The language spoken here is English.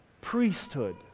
priesthood